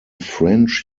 french